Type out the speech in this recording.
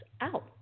out